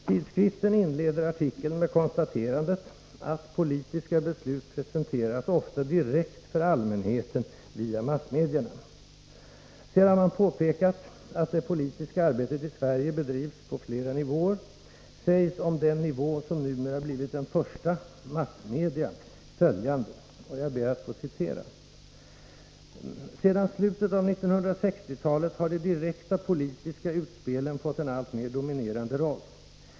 Tidskriften inleder artikeln med följande konstaterande: ”Politiska beslut presenteras ofta direkt för allmänheten via massmedierna.” Sedan man påpekat att det politiska arbetet i Sverige bedrivs på flera nivåer sägs om den nivå som numera blivit den första — massmedia — följande: ”Sedan slutet av 1960-talet har de direkta politiska sk utspelen fått en allt mer dominerande roll.